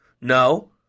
No